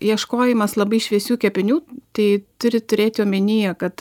ieškojimas labai šviesių kepinių tai turit turėti omenyje kad